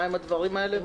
מה הם הדברים האלה?